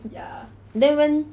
then when